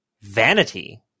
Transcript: vanity